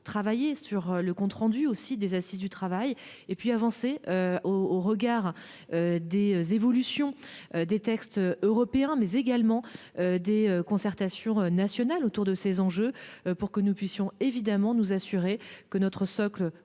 travailler sur le compte rendu aussi des Assises du travail et puis avancer au au regard. Des évolutions. Des textes européens mais également des concertations nationales autour de ces enjeux pour que nous puissions évidemment nous assurer que notre socle